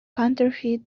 counterfeit